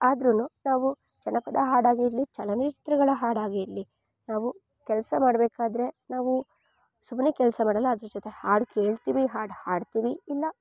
ಆದ್ರು ನಾವು ಜನಪದ ಹಾಡಾಗಿರಲಿ ಚಲನಚಿತ್ರಗಳ ಹಾಡಾಗಿರಲಿ ನಾವು ಕೆಲಸ ಮಾಡಬೇಕಾದ್ರೆ ನಾವು ಸುಮ್ನೆ ಕೆಲಸ ಮಾಡೋಲ್ಲ ಅದ್ರ ಜೊತೆ ಹಾಡು ಕೇಳ್ತಿವಿ ಹಾಡು ಹಾಡ್ತಿವಿ ಇಲ್ಲ